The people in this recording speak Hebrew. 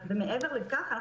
מעבר לכך,